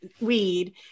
weed